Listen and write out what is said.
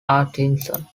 atchison